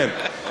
כן.